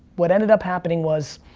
what ended up happening was,